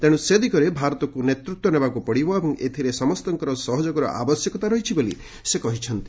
ତେଣୁ ସେ ଦିଗରେ ଭାରତକୁ ନେତୃତ୍ୱ ନେବାକୁ ପଡ଼ିବ ଏବଂ ଏଥିରେ ସମସ୍ତଙ୍କର ସହଯୋଗର ଆବଶ୍ୟକତା ରହିଛି ବୋଲି ସେ କହିଛନ୍ତି